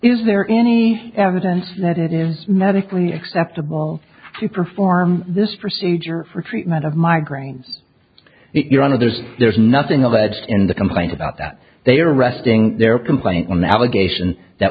is there any evidence that it is medically acceptable to perform this procedure for treatment of migraines your honor there's there's nothing of ads in the complaint about that they are resting their complaint on the allegation that